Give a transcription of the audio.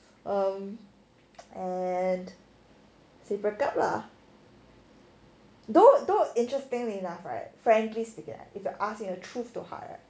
um and say break up lah don't don't interesting enough right frankly speaking if you asking truth to heart